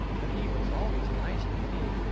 but he was always nice to me.